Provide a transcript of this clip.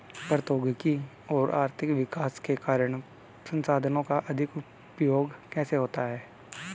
प्रौद्योगिक और आर्थिक विकास के कारण संसाधानों का अधिक उपभोग कैसे हुआ है?